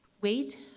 wait